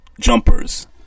jumpers